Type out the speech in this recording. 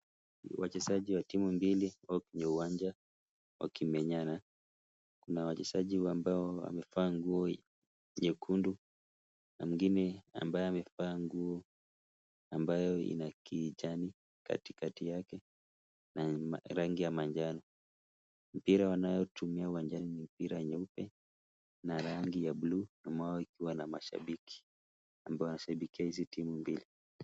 Wachezaji wa timu mbili wako kwenye uwanja wakimenyana. Kuna wachezaji ambao wamevaa nguo nyekundu na mwingine ambaye amevaa nguo ambayo ina kijani katikati yake na rangi ya manjano. Mpira wanayotumia uwanjani ni mpira mweupe na rangi ya buluu nao ikiwa na mashabiki ambao wanashabikia hizi timu mbili.